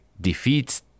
defeats